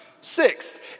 Sixth